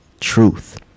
truth